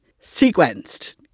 sequenced